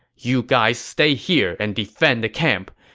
you guys stay here and defend the camp.